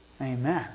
Amen